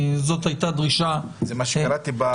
זה מה שקראתי בחוות הדעת.